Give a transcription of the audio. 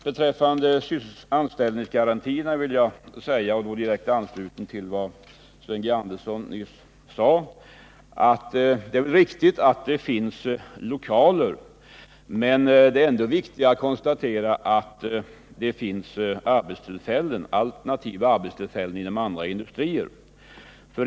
Beträffande anställningsgarantierna vill jag, i direkt anslutning till vad Sven Andersson i Örebro nyss sade, påpeka att det är riktigt att det finns lokaler, men det är viktigare att konstatera att det finns alternativa arbetstillfällen inom andra industrier.